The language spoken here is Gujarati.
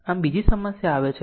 આમ બીજી સમસ્યા આવે છે